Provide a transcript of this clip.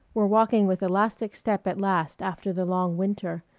were walking with elastic step at last after the long winter,